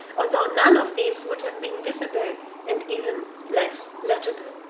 although none of these would have been visible and even less legible.